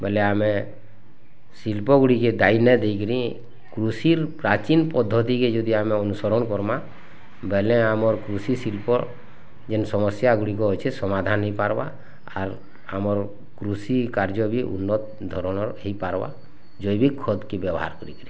ବୋଲେ ଆମେ ଶିଳ୍ପଗୁଡ଼ିକି ଦାୟୀ ନା ଦେଇକିରି କୃଷିର ପ୍ରାଚୀନ୍ ପଦ୍ଧତିକି ଯଦି ଆମେ ଅନୁସରଣ୍ କର୍ମା ବେଲେ ଆମର୍ କୃଷି ଶିଳ୍ପ ଯେନ୍ ସମସ୍ୟାଗୁଡ଼ିକ ଅଛି ସମାଧାନ୍ ହେଇ ପାର୍ମା ଆର୍ ଆମର୍ କାର୍ଯ୍ୟ ବି ଉନ୍ନତି ଧରଣର୍ ହେଇପାର୍ବା ଜୈବିକ୍ କ୍ଷତ୍କେ ବ୍ୟବହାର କରିକିରି